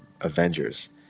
avengers